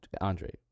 Andre